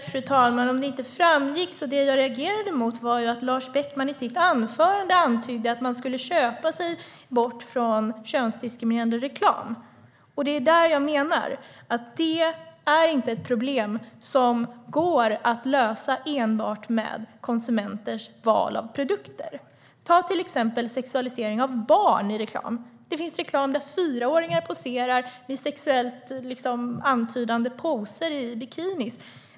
Fru talman! Det jag reagerade mot - om det inte framgick - var att Lars Beckman i sitt anförande antydde att man skulle köpa sig bort från könsdiskriminerande reklam. Jag menar att detta inte är ett problem som går att lösa enbart med konsumenters val av produkter. Ta till exempel sexualisering av barn i reklam! Det finns reklam där fyraåringar poserar i sexuellt antydande poser i bikinier.